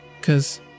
cause